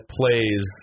plays